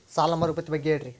ಸಾಲ ಮರುಪಾವತಿ ಬಗ್ಗೆ ಹೇಳ್ರಿ?